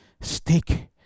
stick